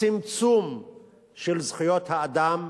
צמצום של זכויות האדם,